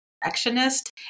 perfectionist